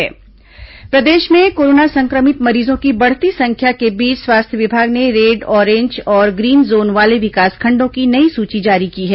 red orange zone प्रदेश में corona संक्रमित मरीजों की बढ़ती संख्या के बीच स्वास्थ्य विभाग ने रेड ऑरेंज और ग्रीन जोन वाले विकासखंडों की नई सूची जारी की है